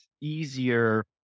easier